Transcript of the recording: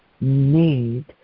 need